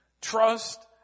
trust